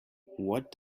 what